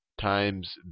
times